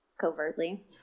Covertly